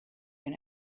and